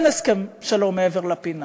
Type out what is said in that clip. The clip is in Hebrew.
אין הסכם שלום מעבר לפינה.